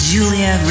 Julia